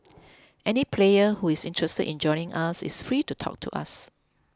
any player who is interested in joining us is free to talk to us